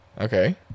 okay